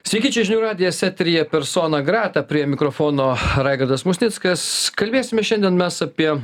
sveiki čia žinių radijas eteryje persona grata prie mikrofono raigardas musnickas kalbėsime šiandien mes apie